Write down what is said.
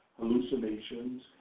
hallucinations